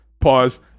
Pause